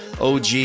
OG